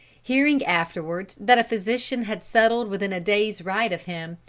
hearing afterwards that a physician had settled within a day's ride of him,